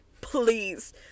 Please